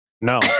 No